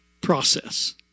process